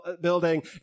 Building